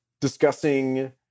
discussing